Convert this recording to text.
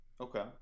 Okay